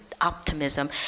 optimism